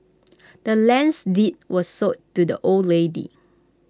the land's deed was sold to the old lady